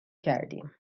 کردیم